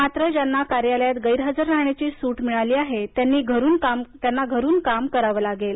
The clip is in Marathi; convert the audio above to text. मात्र ज्यांना कार्यालयात गैरहजर रहाण्याची सूट मिळाली आहे त्यांना घरून काम करावं लागेल